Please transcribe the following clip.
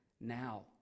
now